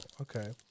okay